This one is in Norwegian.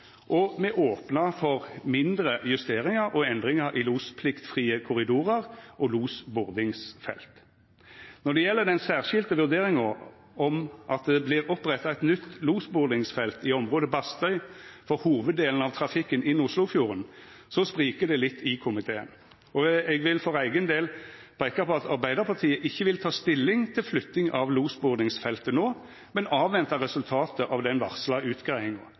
og me opnar for mindre justeringar og endringar i lospliktfrie korridorar og losbordingsfelt. Når det gjeld den særskilte vurderinga om at det vert oppretta eit nytt losbordingsfelt i området Bastøy for hovuddelen av trafikken inn Oslofjorden, spriker det litt i komiteen. Eg vil for eigen del peika på at Arbeiderpartiet ikkje vil ta stilling til flytting av losbordingsfeltet no, men avventa resultatet av den varsla utgreiinga.